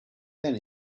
then